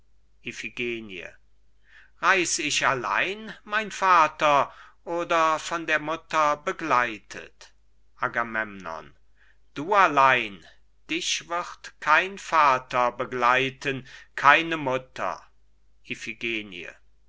reis ich allein mein vater oder von der mutter begleitet agamemnon du allein dich wird kein vater begleiten keine mutter